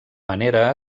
manera